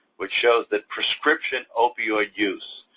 which shows that prescription opioid use,